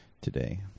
today